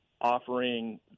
offering